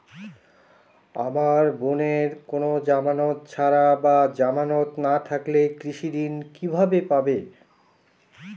আমার বোনের কোন জামানত ছাড়া বা জামানত না থাকলে কৃষি ঋণ কিভাবে পাবে?